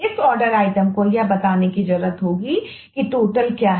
इस आर्डर है